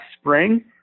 spring